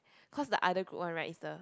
cause the other group one right is the